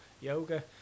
yoga